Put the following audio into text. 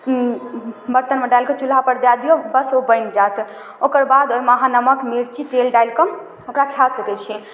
बर्तनमे डालिकऽ चुल्हापर दऽ दिऔ बस ओ बनि जाएत ओकरबाद ओहिमे अहाँ नमक मिरची तेल डालिकऽ ओकरा खा सकै छी